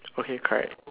okay correct